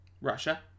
Russia